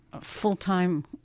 full-time